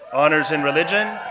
honors in religion,